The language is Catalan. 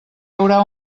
haurà